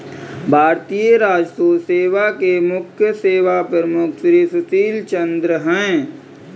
भारतीय राजस्व सेवा के मुख्य सेवा प्रमुख श्री सुशील चंद्र हैं